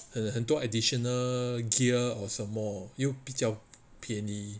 很很多 additional gear or 什么又比较便宜